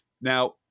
Now